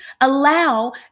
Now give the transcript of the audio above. Allow